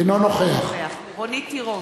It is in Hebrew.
אינו נוכח רונית תירוש,